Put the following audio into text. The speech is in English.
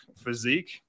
physique